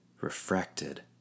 refracted